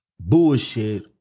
bullshit